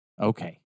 Okay